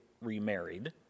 remarried